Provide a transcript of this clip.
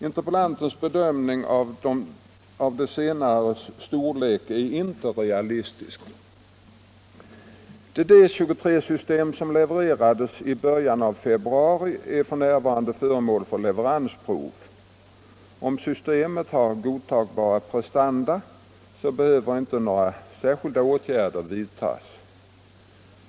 Interpellantens bedömning av de senares storlek är inte realistisk. Det D 23-system som levererades i början av februari är f. n. föremål för leveransprov. Om systemet har godtagbara prestanda behöver inte några särskilda åtgärder vidtas.